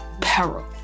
peril